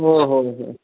हो होय होय